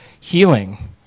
healing